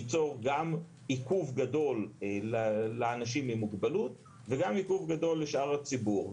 ייצור גם עיכוב גדול לאנשים עם מוגבלות וגם עיכוב גדול לשאר הציבור.